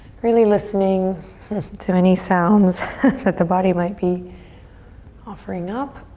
really listening to any sounds that the body might be offering up.